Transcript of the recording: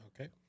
Okay